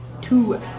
two